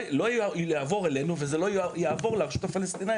זה לא יעבור אלינו וזה לא יעבור לרשות הפלסטינית,